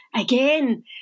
again